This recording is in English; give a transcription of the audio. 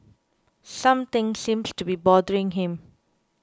something seems to be bothering him